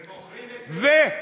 הם מוכרים פי,